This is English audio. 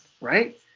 right